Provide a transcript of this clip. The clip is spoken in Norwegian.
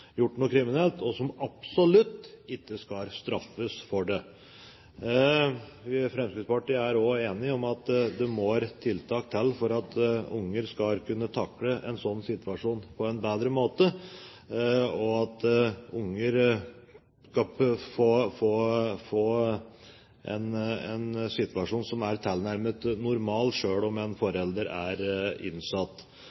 gjort noe kriminelt, og de skal absolutt ikke straffes for det! Vi i Fremskrittspartiet er også enige om at det må tiltak til for at barn skal kunne takle en slik situasjon på en bedre måte, og for at barn skal få en tilnærmet normal situasjon selv om en forelder er innsatt. Det som er